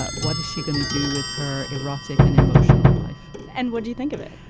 ah what is she going to do with her erotic and emotional life and what do you think of it.